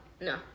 No